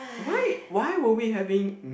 why why were we having